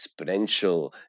exponential